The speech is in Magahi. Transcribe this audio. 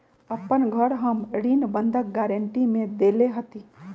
अपन घर हम ऋण बंधक गरान्टी में देले हती